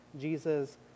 Jesus